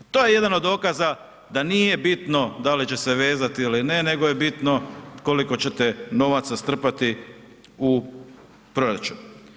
To je jedan od dokaza da nije bitno da li će se vezati ili ne nego je bitno koliko ćete novaca strpati u proračun.